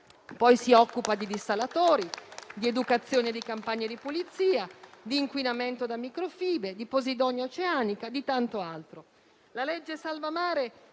poi, si occupa di dissalatori, di educazione e di campagne di pulizia, di inquinamento da microfibre, di posidonia oceanica, di tanto altro.